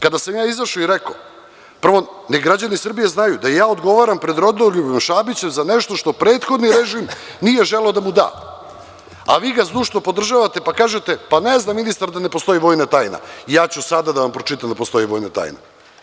Kada sam izašao i rekao, prvo nek građani Srbije znaju da ja odgovaram pred Rodoljubom Šabićem za nešto što prethodni režim nije želeo da mu da, a vi ga zdušno podržavate pa kažete – ne zna ministar da ne postoji vojna tajna i sada ću da vam pročitam da postoji vojna tajna.